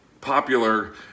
popular